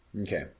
Okay